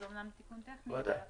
זה אומנם תיקון טכני, אבל גם זה.